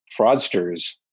fraudsters